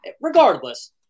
regardless